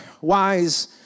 Wise